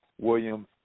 Williams